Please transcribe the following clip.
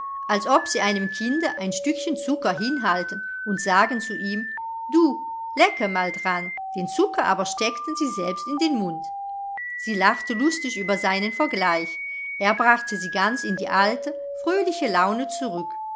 als ob sie einem kinde ein stückchen zucker hinhalten und sagen zu ihm du lecke mal dran den zucker aber steckten sie selbst in den mund sie lachte lustig über seinen vergleich er brachte sie ganz in die alte fröhliche laune zurück